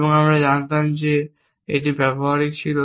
এবং আমরা জানতাম যে এটি ব্যবহারিক ছিল